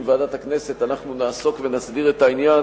ועדת הכנסת אנחנו נעסוק ונסדיר את העניין,